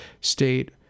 state